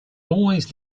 always